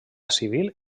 civil